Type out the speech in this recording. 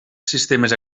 sistemes